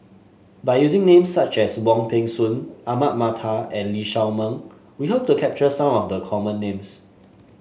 by using names such as Wong Peng Soon Ahmad Mattar and Lee Shao Meng we hope to capture some of the common names